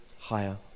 higher